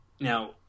now